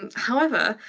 however,